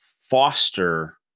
foster